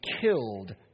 killed